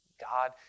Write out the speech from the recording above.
God